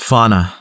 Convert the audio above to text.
Fauna